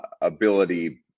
ability